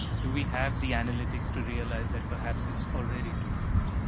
do we have the analytics to realize that perhaps it's already too late?